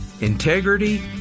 integrity